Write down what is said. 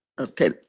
Okay